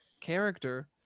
character